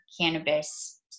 cannabis